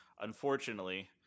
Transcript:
Unfortunately